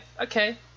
okay